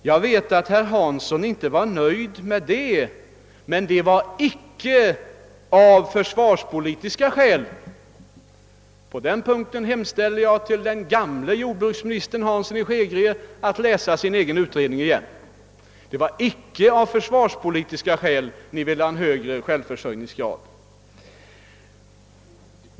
Jag vet att herr Hansson i Skegrie inte var nöjd med det, men det var inte av försvarspolitiska skäl som han ville ha en högre självförsörjningsgrad — på den punkten hemställer jag till den gamle jordbruksministern herr Hansson i Skegrie att läsa sin egen utredning igen.